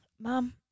Mom